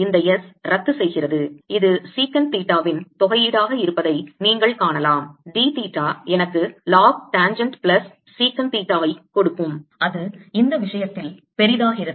இந்த S ரத்துசெய்கிறது இது secant தீட்டாவின் தொகையீடாக இருப்பதை நீங்கள் காணலாம் d தீட்டா எனக்கு log tangent பிளஸ் secant தீட்டாவையும் கொடுக்கும் அது இந்த விஷயத்தில் பெரிதாகிறது